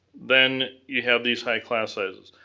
then you have these high class sizes.